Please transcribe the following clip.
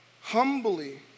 Humbly